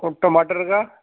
اور ٹماٹر کا